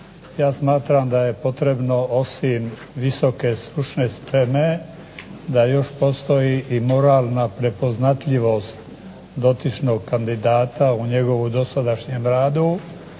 Ja smatram da je potrebno osim visoke stručne spreme da još postoji moralna prepoznatljivost dotičnog kandidata u njegovu dosadašnjem radu